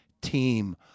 team